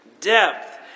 depth